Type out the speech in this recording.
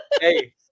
hey